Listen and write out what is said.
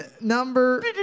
number